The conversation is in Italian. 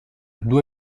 due